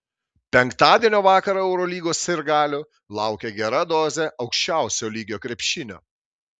penktadienio vakarą eurolygos sirgalių laukia gera dozė aukščiausio lygio krepšinio